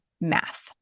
math